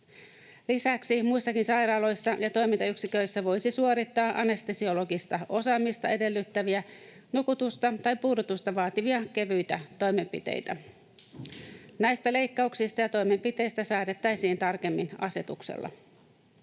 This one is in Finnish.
Lisäksi muissakin sairaaloissa ja toimintayksiköissä voisi suorittaa anestesiologista osaamista edellyttäviä, nukutusta tai puudutusta vaativia kevyitä toimenpiteitä. Näistä leikkauksista ja toimenpiteistä säädettäisiin tarkemmin asetuksella.